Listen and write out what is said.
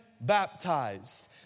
Baptized